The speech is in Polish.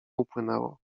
upłynęło